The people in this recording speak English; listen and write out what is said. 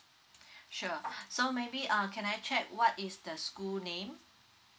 sure so maybe uh can I check what is the school name